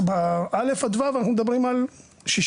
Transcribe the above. בכיתות א' עד ו' אנחנו מדברים על 60%,